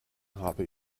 habe